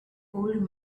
old